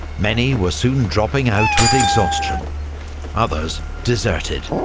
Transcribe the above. many were soon dropping out with exhaustion others deserted.